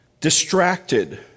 distracted